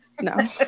No